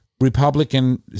Republican